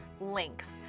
links